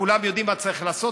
כולם יודעים מה צריך לעשות,